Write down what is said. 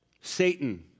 Satan